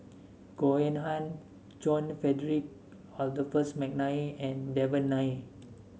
Goh Eng Han John Frederick Adolphus McNair and Devan Nair